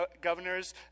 governors